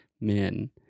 men